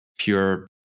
Pure